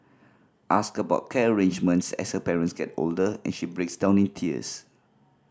ask about care arrangements as her parents get older and she breaks down in tears